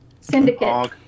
Syndicate